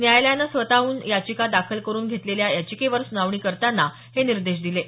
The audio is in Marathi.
न्यायालयानं स्वतःहून याचिका दाखल करून घेतलेल्या जनहित याचिकेवर सुनावणी करताना हे निर्देश दिले आहेत